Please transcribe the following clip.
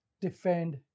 defend